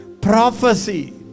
Prophecy